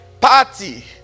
party